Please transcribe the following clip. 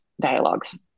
dialogues